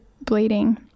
bleeding